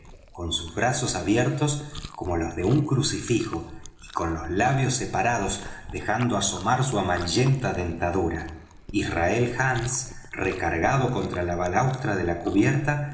con sus brazos abiertos como los de un crucifijo y con los labios separados dejando asomar su amarillenta dentadura israel hands recargado contra la balaustra de la cubierta